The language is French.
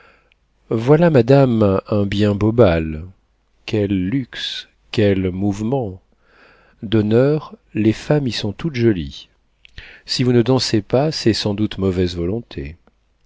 voilà madame un bien beau bal quel luxe quel mouvement d'honneur les femmes y sont toutes jolies si vous ne dansez pas c'est sans doute mauvaise volonté